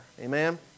Amen